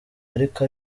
ariko